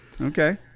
Okay